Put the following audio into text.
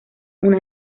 una